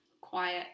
quiet